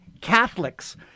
Catholics